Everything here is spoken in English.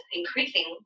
increasing